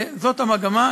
זאת המגמה.